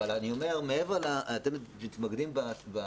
אבל אני אומר מעבר, אתם מתמקדים במדבקות.